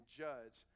judge